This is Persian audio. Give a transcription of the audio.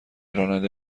راننده